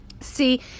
See